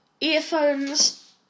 Earphones